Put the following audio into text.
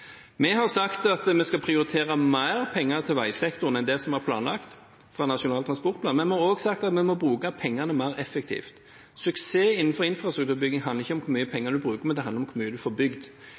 Vi har sagt at vi skal prioritere mer penger til veisektoren enn det som er planlagt i Nasjonal transportplan, men vi har også sagt at vi må bruke pengene mer effektivt. Suksess innenfor infrastrukturbygging handler ikke om hvor mye penger man bruker, men om hvor mye man får bygd.